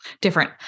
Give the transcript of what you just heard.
Different